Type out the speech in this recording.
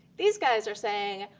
these guys are saying,